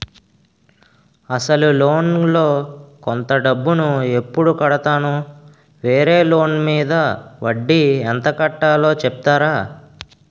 అసలు లోన్ లో కొంత డబ్బు ను ఎప్పుడు కడతాను? వేరే లోన్ మీద వడ్డీ ఎంత కట్తలో చెప్తారా?